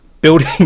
Building